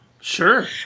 Sure